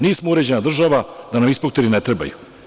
Nismo uređena država da nam inspektori ne trebaju.